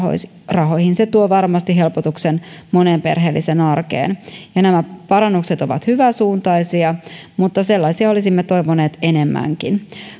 ovat saamassa korotuksen päivärahoihin se tuo varmasti helpotuksen monen perheellisen arkeen nämä parannukset ovat hyväsuuntaisia mutta sellaisia olisimme toivoneet enemmänkin